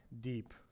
deep